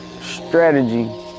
strategy